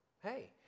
hey